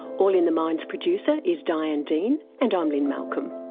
all in the mind's producer is diane dean, and i'm lynne malcolm.